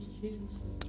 Jesus